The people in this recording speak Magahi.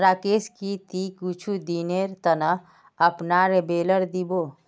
राकेश की ती कुछू दिनेर त न अपनार बेलर दी बो